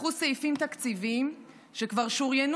לקחו סעיפים תקציביים שכבר שוריינו